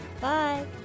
Bye